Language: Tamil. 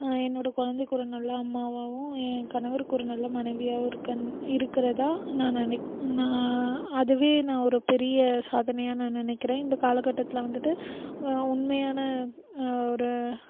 என்னோடய குழந்தைக்கு ஒரு நல்ல அம்மாவாகவும் என் கணவருக்கு ஒரு நல்ல மனைவியாகவும் இருக்கேன் இருக்கிறதாக நான் நினைக் நான் அதுவே நான் ஒரு பெரிய சாதனையாக நான் நினைக்கிறேன் இந்த கால கட்டத்தில் வந்துட்டு உண்மையான ஒரு